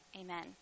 amen